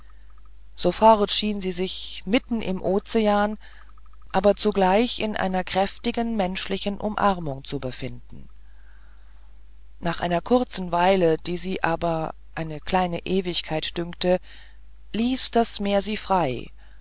sofort schien sie sich mitten im ozean aber zugleich in einer kräftigen menschlichen umarmung zu befinden nach einer kurzen weile die sie aber eine kleine ewigkeit dünkte ließ das meer sie frei